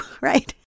right